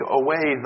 away